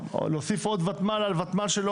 להוסיף עוד ותמ"ל על ותמ"ל?